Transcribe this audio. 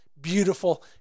Beautiful